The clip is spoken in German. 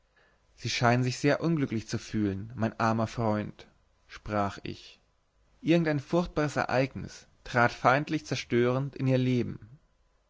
sie scheinen sich sehr unglücklich zu fühlen mein armer freund sprach ich irgend ein furchtbares ereignis trat feindlich zerstörend in ihr leben